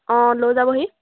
অঁ লৈ যাবহি